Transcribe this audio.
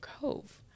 Cove